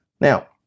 Now